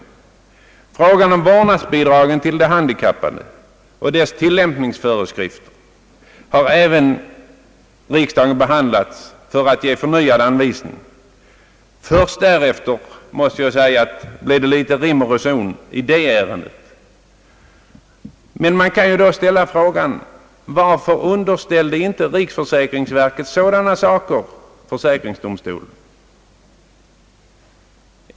Likaså har frågan om vårdnadsbidrag till de handikappade och tillämpningsföreskrifterna i det sammanhanget behandlats i riksdagen i syfte att åstadkomma nya anvisningar. Först därefter har det, måste jag säga, blivit litet rim och reson på handläggningen av de ärendena. Man kan ju här fråga: Varför underställde inte riksförsäkringsverket sådana frågor försäkringsdomstolens prövning?